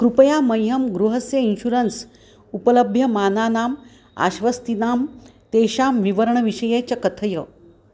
कृपया मह्यं गृहस्य इन्शुरन्स् उपलभ्यमानानाम् आश्वस्तीनां तेषां विवरणविषये च कथय